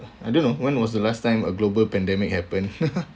I don't know when was the last time a global pandemic happened